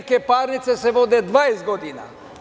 Neke parnice se vode 20 godina.